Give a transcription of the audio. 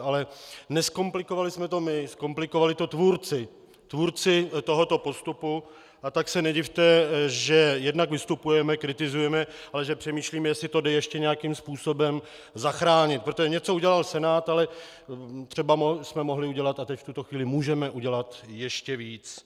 Ale nezkomplikovali jsme to my, zkomplikovali to tvůrci tohoto postupu, a tak se nedivte, že jednak vystupujeme, kritizujeme, ale že přemýšlíme, jestli to jde ještě nějakým způsobem zachránit, protože něco udělal Senát, ale třeba jsme mohli udělat a teď v tuto chvíli můžeme udělat ještě víc.